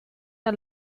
der